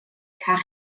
car